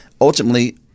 ultimately